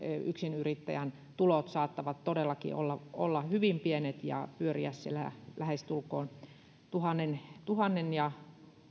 yksinyrittäjän tulot saattavat todellakin olla hyvin pienet ja pyöriä siellä lähestulkoon tuhat ja